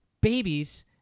Babies